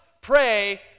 pray